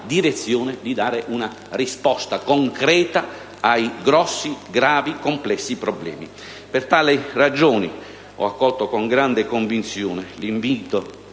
direzione di dare un risposta concreta ai gravi e complessi problemi. Per tali ragioni ho accolto con grande convinzione l'invito